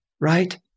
right